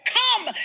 come